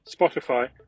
Spotify